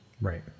Right